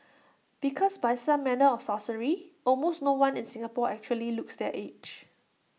because by some manner of sorcery almost no one in Singapore actually looks their age